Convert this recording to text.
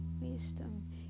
wisdom